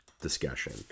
discussion